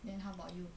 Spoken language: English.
then how about you